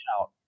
out